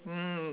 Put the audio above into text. mm